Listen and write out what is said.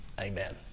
amen